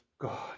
God